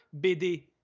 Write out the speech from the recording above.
BD